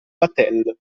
vatel